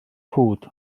cwd